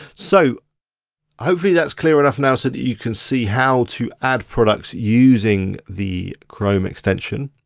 so hopefully that's clear enough now so you can see how to add products using the chrome extension.